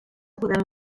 podem